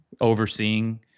overseeing